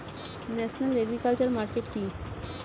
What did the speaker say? National agriculture market কি?